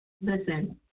Listen